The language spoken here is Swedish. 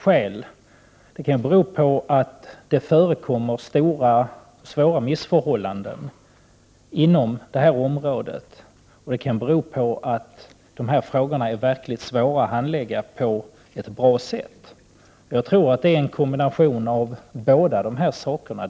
Skälen kan vara olika. Det kan finnas svåra missförhållanden på det här området, och det kan också bero på att frågorna är verkligt svåra att handlägga. Jag tror att det rör sig om en kombination av båda sakerna.